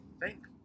thank